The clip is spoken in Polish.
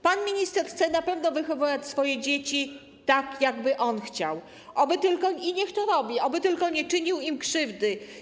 Pan minister chce na pewno wychowywać swoje dzieci tak, jakby on chciał, i niech to robi, oby tylko nie czynił im krzywdy.